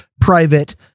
private